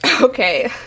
Okay